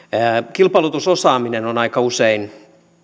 kilpailutusosaaminen on aika usein